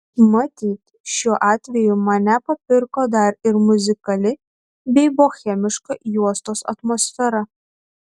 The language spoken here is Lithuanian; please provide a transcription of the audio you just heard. matyt šiuo atveju mane papirko dar ir muzikali bei bohemiška juostos atmosfera